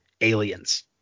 Aliens